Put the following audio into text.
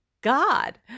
God